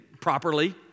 properly